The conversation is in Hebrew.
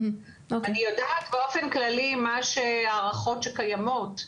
אני יודעת באופן כללי מה ההערכות שקיימות,